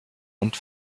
und